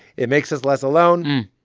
it makes us less alone,